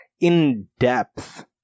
in-depth